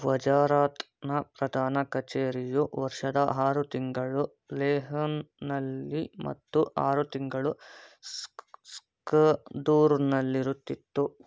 ವಜಾರಾತ್ನ ಪ್ರಧಾನ ಕಛೇರಿಯು ವರ್ಷದ ಆರು ತಿಂಗಳು ಲೇಹದಲ್ಲಿ ಮತ್ತು ಆರು ತಿಂಗಳು ಸ್ಕರ್ದೂವಿನಲ್ಲಿರುತ್ತಿತ್ತು